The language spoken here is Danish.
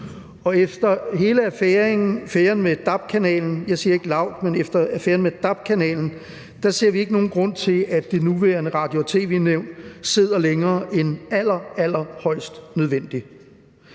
men efter affæren med dab-kanalen – ser vi ikke nogen grund til, at det nuværende Radio- og tv-nævn sidder længere end allerallerhøjst nødvendigt.